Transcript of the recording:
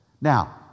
Now